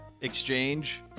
exchange